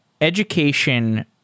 education